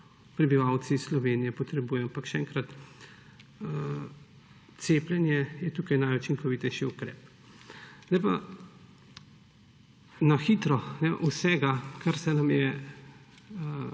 prebivalci Slovenije potrebujejo. Še enkrat, cepljenje je tukaj najučinkovitejši ukrep. Na hitro vsega, kar se nam je